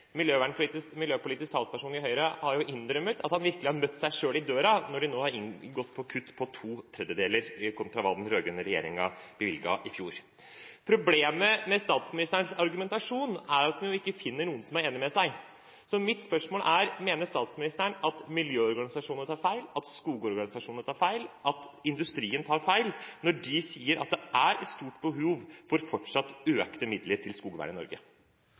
Miljøpolitisk talsperson i Høyre har jo innrømmet at de virkelig har møtt seg selv i døren når de nå har gått for kutt på to tredjedeler, kontra hva den rød-grønne regjeringen bevilget i fjor. Problemet med statsministerens argumentasjon er at hun ikke finner noen som er enig med seg, så mitt spørsmål er: Mener statsministeren at miljøorganisasjonene tar feil, at skogorganisasjonene tar feil, at industrien tar feil, når de sier at det er et stort behov for fortsatt økte midler til skogvern i Norge?